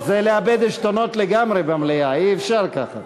זה לאבד עשתונות לגמרי במליאה, אי-אפשר ככה.